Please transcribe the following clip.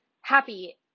happy